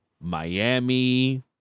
Miami